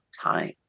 time